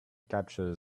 capture